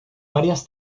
varias